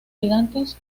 gigantes